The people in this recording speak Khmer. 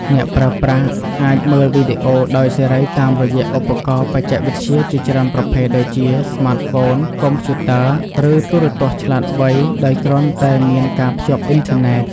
អ្នកប្រើប្រាស់អាចមើលវីដេអូដោយសេរីតាមរយៈឧបករណ៍បច្ចេកវិទ្យាជាច្រើនប្រភេទដូចជា ស្មាតហ្វូន កុំព្យូទ័រ ឬទូរទស្សន៍ឆ្លាតវៃ ដោយគ្រាន់តែមានការភ្ជាប់អុីនធឺណេត។